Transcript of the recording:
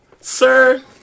sir